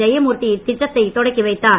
ஜெயமூர்த்தி இத்திட்டத்தை தொடக்கி வைத்தார்